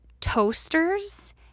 toasters